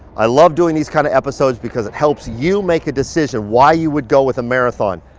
i love doing these kind of episodes because it helps you make a decision why you would go with a marathon.